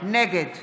נגד